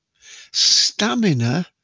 Stamina